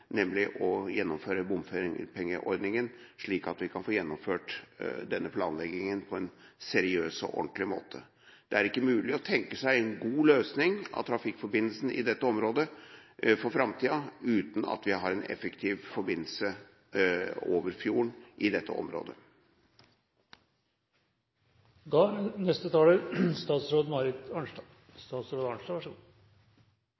nemlig å gjennomføre bompengeordningen, slik at vi kan få gjennomført denne planleggingen på en seriøs og ordentlig måte. Det er ikke mulig å tenke seg en god løsning på trafikkforbindelsen i dette området for framtiden uten at vi har en effektiv forbindelse over fjorden. Det er noen saker som byr på noen krevende avveininger. På en måte er dette